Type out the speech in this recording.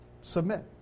submit